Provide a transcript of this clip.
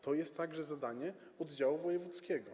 To jest także zadanie oddziału wojewódzkiego.